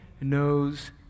knows